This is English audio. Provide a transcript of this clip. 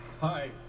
Hi